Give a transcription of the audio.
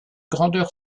grandeur